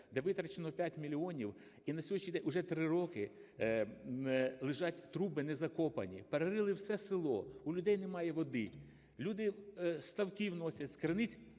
де витрачено 5 мільйонів і на сьогоднішній день (уже 3 роки) лежать труби не закопані. Перерили все село. У людей немає води, люди з ставків носять, з криниць.